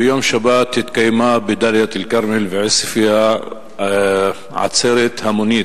ביום שבת התקיימה בדאלית-אל-כרמל ובעוספיא עצרת המונית,